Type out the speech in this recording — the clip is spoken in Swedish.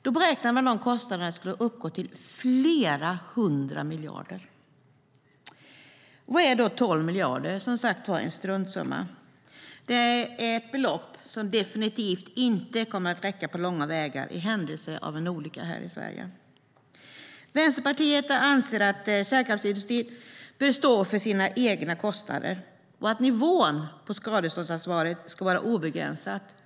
Man beräknade att kostnaderna skulle uppgå till flera hundra miljarder. Vad är då 12 miljarder? Det är som sagt en struntsumma och ett belopp som definitivt inte kommer att räcka på långa vägar i händelse av en olycka här i Sverige. Vänsterpartiet anser att kärnkraftsindustrin bör stå för sina egna kostnader och att nivån på skadeståndsansvaret ska vara obegränsat.